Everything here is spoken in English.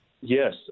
Yes